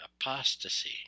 apostasy